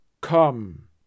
Come